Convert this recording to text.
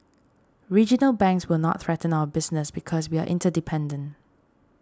regional banks will not threaten our business because we are interdependent